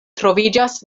troviĝas